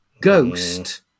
Ghost